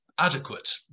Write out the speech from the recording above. adequate